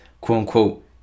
quote-unquote